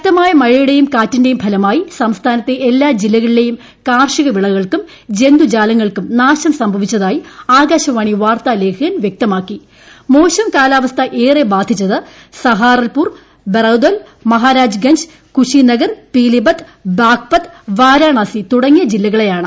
ശക്തമായ മഴയ്യുട്ടേയും കാറ്റിന്റേയും ഫലമായി സംസ്ഥാനത്തെ എല്ലാ ജില്ലകളില്ലേയും കാർഷിക വിളകൾക്കും ജന്തുജാലങ്ങൾക്കും ് നാഗ്ശ്ര് സംഭവിച്ചതായി ആകാശവാണി വാർത്തലേഖകർ വ്യക്തമാക്കി ്്്്് മാശം കാലാവസ്ഥ ഏറെ ബാധിച്ചത് സഹാറൽ പൂർ ബറദൌൺ മഹാരാജ് ഗഞ്ച് കുശിനഗർ പീലിഭിത്ത് ബാഗ്പത്ത് വാരണാസി തുടങ്ങിയ ജില്ലകളെയാണ്